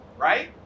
right